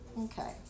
Okay